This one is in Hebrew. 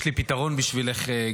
יש לי פתרון בשבילך,